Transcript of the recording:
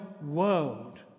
world